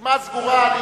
רשימה סגורה,